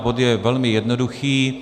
Bod je velmi jednoduchý.